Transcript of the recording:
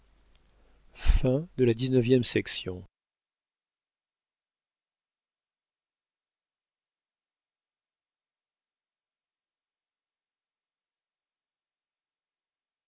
pour la vie